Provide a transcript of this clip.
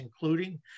including